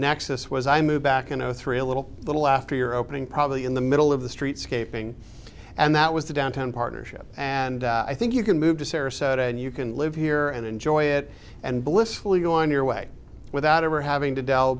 nexus was i moved back in zero three a little little after your opening probably in the middle of the street scaping and that was the downtown partnership and i think you can move to sarasota and you can live here and enjoy it and blissfully go on your way without ever having to dell